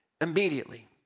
immediately